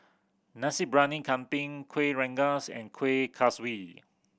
Nasi Briyani Kambing Kuih Rengas and Kuih Kaswi